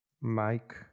Mike